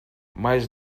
mas